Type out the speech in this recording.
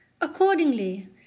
Accordingly